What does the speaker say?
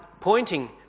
pointing